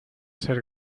ser